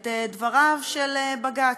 את דבריו של בג"ץ,